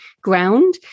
ground